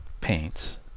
paints